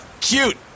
Cute